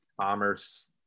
commerce